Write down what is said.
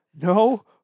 No